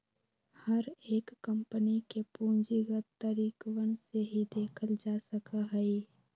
हर एक कम्पनी के पूंजीगत तरीकवन से ही देखल जा सका हई